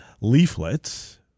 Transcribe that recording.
leaflets